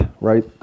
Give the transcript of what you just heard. right